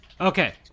Okay